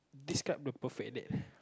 describe the perfect date